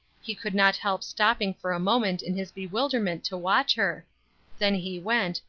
he could not help stopping for a moment in his bewilderment to watch her then he went,